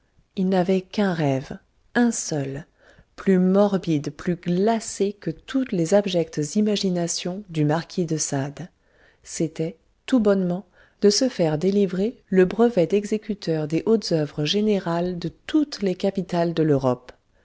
il n'avait qu'un rêve un seul plus morbide plus glacé que toutes les abjectes imaginations du marquis de sade c'était tout bonnement de se faire délivrer le brevet d'exécuteur des hautes œuvres général de toutes les capitales de l'europe